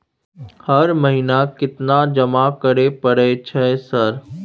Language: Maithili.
हर महीना केतना जमा करे परय छै सर?